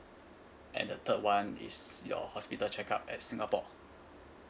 and the third one is your hospital check-up at singapore